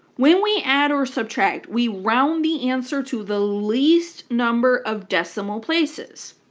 when we add or subtract we round the answer to the least number of decimal places.